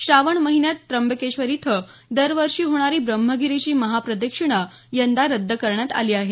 श्रावण महिन्यात त्र्यंबकेश्वर इथं दरवर्षी होणारी ब्रह्मगिरीची महाप्रदक्षिणा यंदा रद्द करण्यात आली आहे